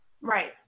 Right